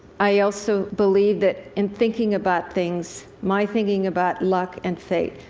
i also believe that in thinking about things my thinking about luck, and fate,